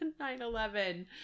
9-11